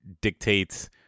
dictates